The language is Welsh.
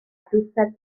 dwysedd